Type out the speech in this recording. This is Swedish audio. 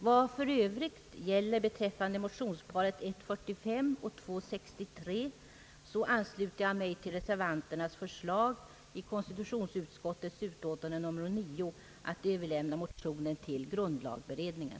Vad för övrigt gäller beträffande motionsparet I: 45 och II: 63 ansluter jag mig till reservanternas förslag i konstitutionsutskottets utlåtande nr 9 att överlämna motionen till grundlagberedningen.